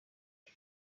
end